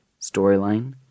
storyline